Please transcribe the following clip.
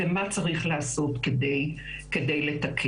ומה צריך לעשות כדי לתקן.